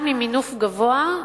גם המינוף גבוה,